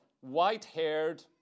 white-haired